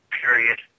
period